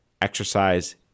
exercise